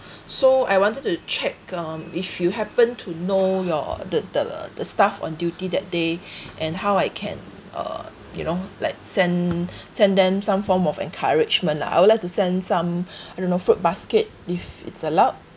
so I wanted to check um if you happened to know your the the the staff on duty that day and how I can uh you know like send send them some form of encouragement lah I would like to send some I don't know fruit basket if it's allowed